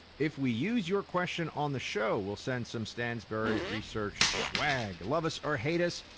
if we use your question on the show we'll send some stansberry research swag. love us or hate us,